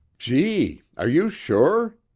gee! are you sure?